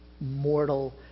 mortal